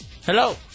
Hello